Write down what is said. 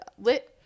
lit